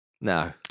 No